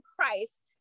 Christ